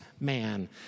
man